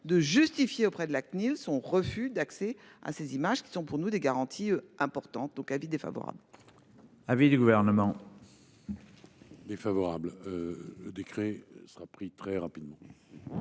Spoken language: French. de justifier auprès de la CNIL, son refus d'accès à ces images, qui sont pour nous des garanties importantes donc avis défavorable. Avis du Gouvernement. Défavorable. Le décret sera pris très rapidement.